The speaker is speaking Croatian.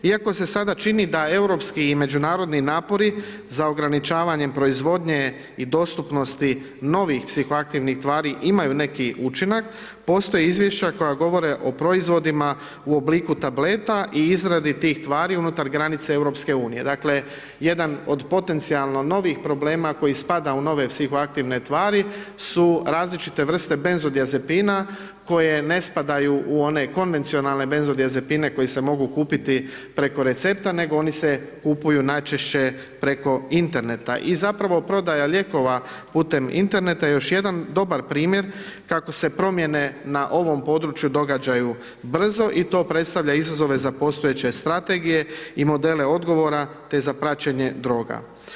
Iako se sada čini da europski i međunarodni napori za ograničavanjem proizvodnje i dostupnosti novih psihoaktivnih tvari imaju neki učinak, postoje izvješća koja govore o proizvodima u obliku tableta i izradi Dakle, jedan od potencijalno novih problema koji spada u nove psihoaktivne tvari su različite vrste benzodiazepina koje ne spadaju u one konvencionalne benzodiazepine koji se mogu kupiti preko recepta nego oni se kupuju najčešće preko interneta i zapravo prodaja lijekova putem interneta je još jedan dobar primjer kako se promjene na ovom području događaju brzo i to predstavlja izazove za postojeće strategije i modele odgovora te za praćenje droga.